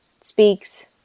speaks